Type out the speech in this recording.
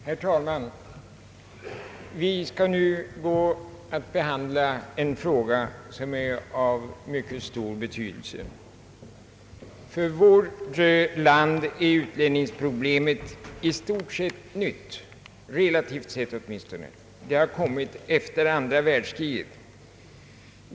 Herr talman! Vi skall nu gå att behandla en fråga som är av mycket stor betydelse. För vårt land är utlänningsproblemet i stort sett nytt, relativt sett åtminstone. Det har uppkommit efter andra världskriget.